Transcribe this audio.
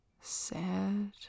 sad